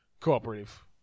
cooperative